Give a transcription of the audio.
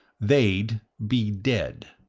they'd be dead.